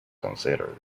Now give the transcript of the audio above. considered